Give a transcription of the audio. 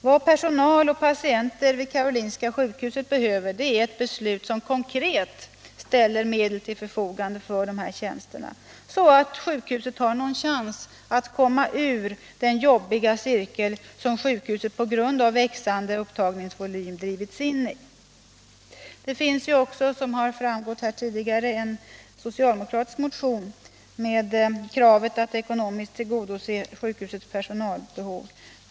Vad personal och patienter vid Karolinska sjukhuset behöver är ett beslut, som konkret ställer medel till förfogande för dessa tjänster så att siukhuset har någon chans att komma ur den jobbiga cirkel som sjukhuset på grund av växande upptagningsvolym drivits in i. Det föreligger, som har omnämnts tidigare, också en s-motion med krav på att man ekonomiskt tillgodoser sjukhusets personalbehov.